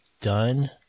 done